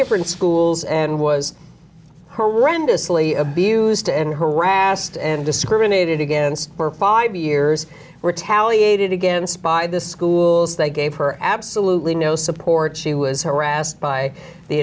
different schools and was horrendously abused and harassed and discriminated against for five years were talley aided against by the schools they gave her absolutely no support she was harassed by the